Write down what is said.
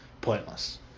pointless